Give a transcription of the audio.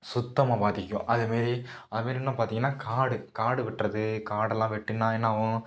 சுத்தமாக பாதிக்கும் அதே மாரி அதே மாரிலாம் பார்த்தீங்கன்னா காடு காடு வெட்டுறது காடெல்லாம் வெட்டினா என்ன ஆகும்